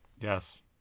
Yes